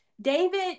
David